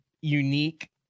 unique